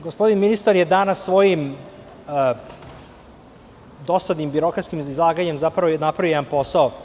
Gospodin ministar je danas svojim dosadnim birokratskim izlaganjem zapravo napravio jedan posao.